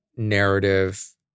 narrative